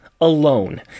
alone